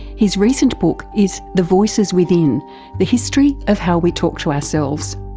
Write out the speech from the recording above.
his recent book is the voices within the history of how we talk to ourselves.